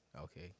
Okay